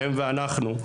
הם ואנחנו,